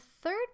third